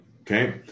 Okay